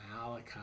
Malachi